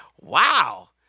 wow